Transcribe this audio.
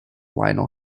lionel